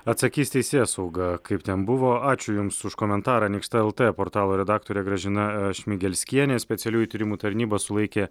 atsakys teisėsauga kaip ten buvo ačiū jums už komentarą anykšta lt portalo redaktorė gražina šmigelskienė specialiųjų tyrimų tarnyba sulaikė